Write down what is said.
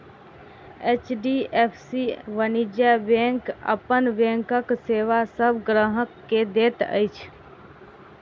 HDFC वाणिज्य bank अपन बैंकक सेवा सभ ग्राहक के दैत अछि